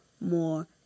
more